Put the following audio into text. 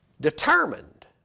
determined